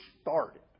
started